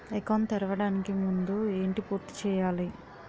Account తెరవడానికి ముందు ఏంటి పూర్తి చేయాలి?